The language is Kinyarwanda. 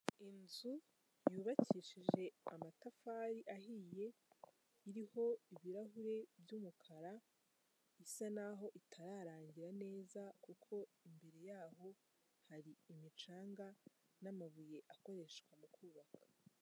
Inzu yubakishije amatafari ahiye, iriho ibirahuri by'umukara isa naho itararangira neza, kuko imbere yaho hari imicanga n'amabuye akoreshwa mu kubaka.